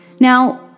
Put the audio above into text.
Now